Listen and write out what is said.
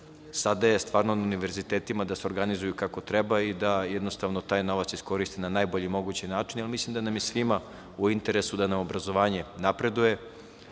Sada je stvarno na univerzitetima da se organizuju kako treba i da jednostavno taj novac iskoriste na najbolji mogući način, jer mislim da nam je svima u interesu da nam obrazovanje napreduje,